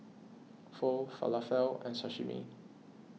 Pho Falafel and Sashimi